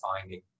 finding